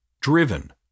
driven